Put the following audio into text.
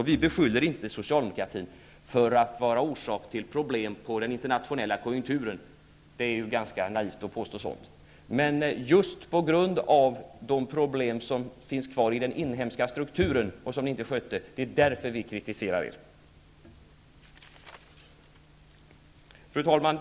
Vi beskyller inte socialdemokratin för att vara orsak till problemen med den internationella konjunkturen -- det är ganska naivt att påstå något sådant. Det är just på grund av de problem som finns kvar i den inhemska strukturen och som ni inte skötte som vi kritiserar er. Fru talman!